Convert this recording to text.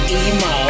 emo